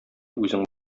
үзең